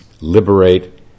liberate